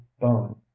bone